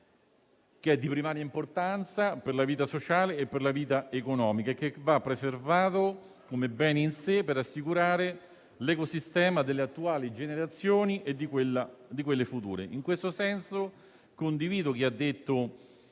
comune, di primaria importanza per la vita sociale e per la vita economica, che deve essere preservato come bene in sé, per assicurare l'ecosistema delle attuali generazioni e di quelle future. In questo senso condivido quanto